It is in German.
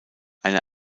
eine